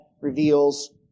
reveals